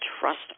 trust